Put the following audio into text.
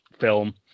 film